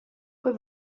quei